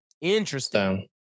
Interesting